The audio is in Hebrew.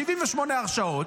78 הרשעות,